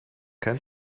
kein